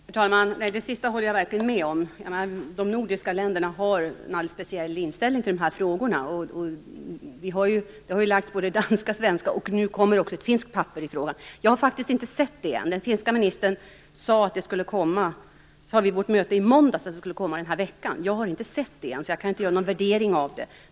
Herr talman! Nej, det sista håller jag verkligen med om. De nordiska länderna har en alldeles speciell inställning till dessa frågor. Det har lagts fram både danska och svenska förslag, och nu kommer också ett finskt papper i frågan. Jag har faktiskt inte sett det ännu. Den finska ministern sade vid vårt möte i måndags att det skulle komma den här veckan. Jag har inte sett det, så jag kan inte göra någon värdering av det.